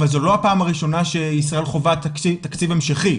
אבל זו לא פעם הראשונה שישראל חווה תקציב המשכי.